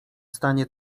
stanie